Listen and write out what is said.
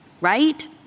Right